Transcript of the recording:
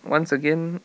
once again